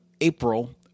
April